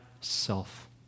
self